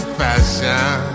fashion